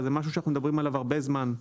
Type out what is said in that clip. זה משהו שאנחנו מדברים עליו הרבה זמן,